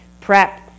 PrEP